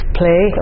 play